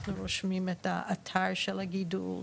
אנחנו רושמים את האתר של הגידול,